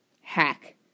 hack